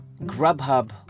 Grubhub